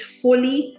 fully